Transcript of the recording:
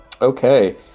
Okay